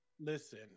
Listen